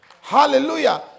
Hallelujah